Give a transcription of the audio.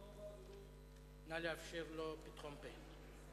אדוני היושב-ראש,